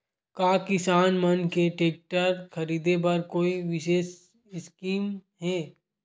का किसान मन के टेक्टर ख़रीदे बर कोई विशेष स्कीम हे?